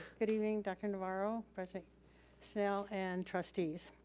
good evening dr. navarro, president snell and trustees.